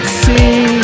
see